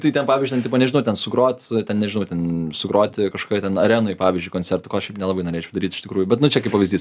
tai ten pavyzdžiui ten tipo nežinau ten sugroti ten nežinau ten sugroti kažkokioj ten arenoj pavyzdžiui koncertų ko aš šiaip nelabai norėčiau daryt iš tikrųjų bet nu čia kaip pavyzdys